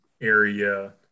area